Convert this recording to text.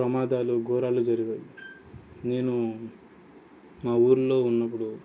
ప్రమాదాలు ఘోరాలు జరిగాయి నేను మా ఊరిలో ఉన్నప్పుడు